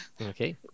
Okay